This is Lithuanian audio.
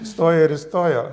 įstojo ir įstojo